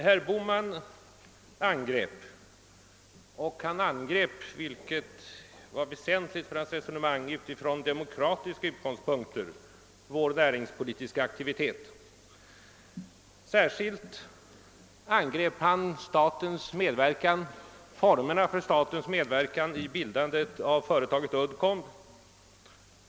Herr Bohman angrep regeringens näringspolitiska aktivitet — och det var väsentligt för hans resonemang — från demokratiska utgångspunkter. Särskilt angrep han formerna för statens medverkan i bildandet av företaget Uddcomb.